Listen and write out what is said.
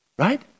Right